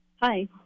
Hi